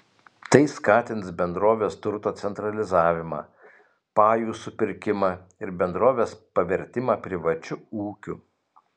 tai skatins bendrovės turto centralizavimą pajų supirkimą ir bendrovės pavertimą privačiu ūkiu